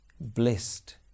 blissed